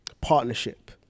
partnership